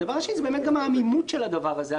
הדבר השני הוא העמימות של הדבר הזה.